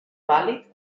vàlid